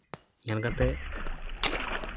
ᱧᱮᱞ ᱠᱟᱛᱮ